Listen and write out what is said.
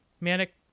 Manic